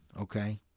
okay